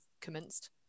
commenced